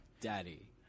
daddy